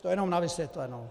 To jenom na vysvětlenou.